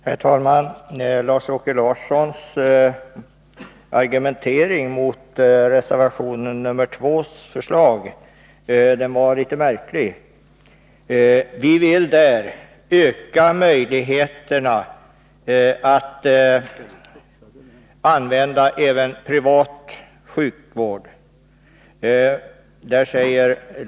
Herr talman! Lars-Åke Larssons argumentering mot förslaget i reservation 2 var litet märklig. Vi vill där öka möjligheterna att använda även privat sjukvård.